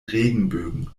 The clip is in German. regenbögen